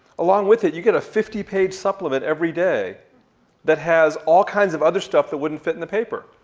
along with it, you get a fifty page supplement everyday that has all kinds of other stuff that wouldn't fit in the paper,